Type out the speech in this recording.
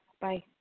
Bye